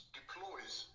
deploys